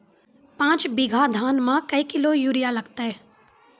पाँच बीघा धान मे क्या किलो यूरिया लागते?